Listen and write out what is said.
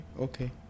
Okay